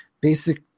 basic